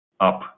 up